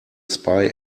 spy